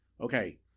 okay